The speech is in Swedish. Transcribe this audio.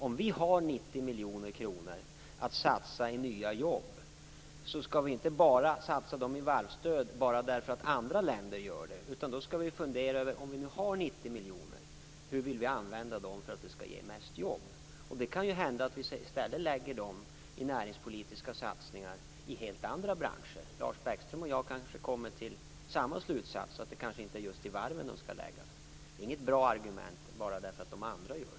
Om vi har 90 miljoner kronor att satsa i nya jobb skall vi inte bara satsa de pengarna på varvsstöd bara därför att andra länder gör det. I stället skall vi - om vi, som sagt, har 90 miljoner kronor - fundera över hur vi vill använda dem för att åstadkomma mest jobb. Det kan hända att vi i stället lägger pengarna på näringspolitiska satsningar inom helt andra branscher. Kanske drar Lars Bäckström och jag samma slutsats, nämligen att det nog inte är just på varven som pengarna skall satsas. Det är inget bra argument att hänvisa till vad de andra gör.